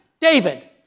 David